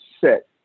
set